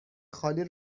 خالی